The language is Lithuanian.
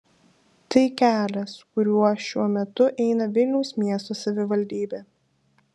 tai kelias kuriuo šiuo metu eina vilniaus miesto savivaldybė